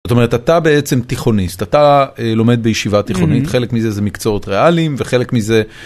זאת אומרת אתה בעצם תיכוניסט אתה לומד בישיבה תיכונית חלק מזה זה מקצועות ריאליים וחלק מזה.